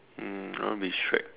um I want to be Shrek